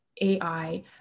AI